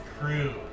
crew